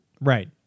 right